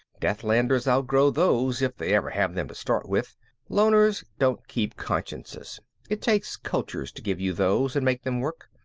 deathlanders outgrow those if they ever have them to start with loners don't keep consciences it takes cultures to give you those and make them work.